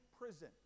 prison